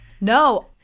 No